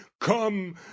come